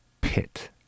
pit